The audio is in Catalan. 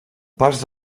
pas